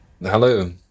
Hello